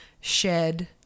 shed